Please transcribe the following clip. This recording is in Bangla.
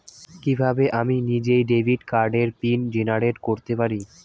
কিভাবে আমি নিজেই ডেবিট কার্ডের পিন জেনারেট করতে পারি?